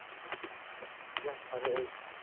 ꯌꯥꯝ ꯐꯔꯦ ꯑꯩ